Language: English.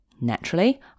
Naturally